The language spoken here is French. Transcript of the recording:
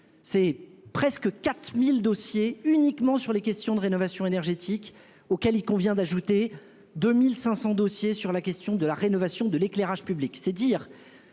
près de 4 000 dossiers portent uniquement sur les questions de rénovation énergétique, auxquels il convient d'ajouter 2 500 dossiers concernant la rénovation de l'éclairage public.